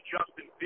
Justin